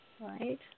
Right